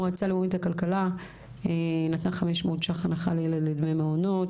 מועצה לאומית לכלכלה נתנה 500 ש"ח הנחה לילד לדמי מעונות.